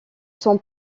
son